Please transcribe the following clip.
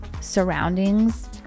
surroundings